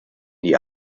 die